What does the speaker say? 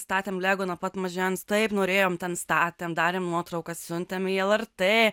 statėm lego nuo pat mažens taip norėjom ten statėm darėm nuotraukas siuntėm į lrt